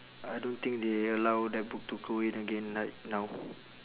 I don't think they allow that book to go in again like now